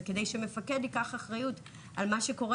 וכדי שמפקד ייקח אחריות על מה שקורה